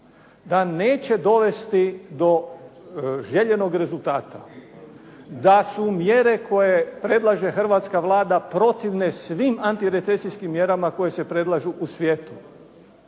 da neće dovesti do željenog rezultata, da su mjere koje predlaže hrvatska Vlada protivne svim antirecesijskim mjerama koje se predlažu u svijetu.